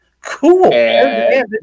Cool